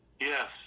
Yes